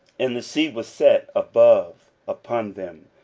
and the sea was set above upon them,